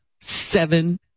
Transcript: seven